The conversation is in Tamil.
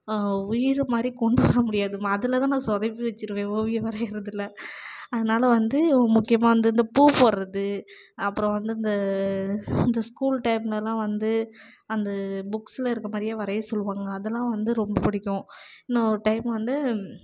உயிர் மாதிரி கொண்டு வர முடியாது அதில்தான் நான் சொதப்பி வச்சிடுவேன் ஓவியம் வரைகிறதுல அதனால வந்து முக்கியமாக வந்து இந்த பூ போடுறது அப்புறம் வந்து இந்த இந்த ஸ்கூல் டைம்லலாம் வந்து அந்த புக்ஸில் இருக்கற மாதிரியே வரைய சொல்லுவாங்க அதெல்லாம் வந்து ரொம்ப பிடிக்கும் இன்னும் ஒரு டைம் வந்து